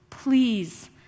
Please